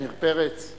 עמיר פרץ, עמיר פרץ.